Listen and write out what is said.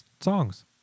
songs